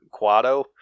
Quado